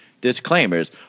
disclaimers